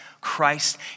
Christ